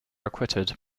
acquitted